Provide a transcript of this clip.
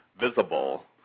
visible